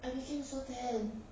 I feel so tan